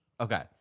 Okay